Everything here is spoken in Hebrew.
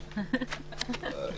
17:47.